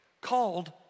called